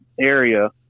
area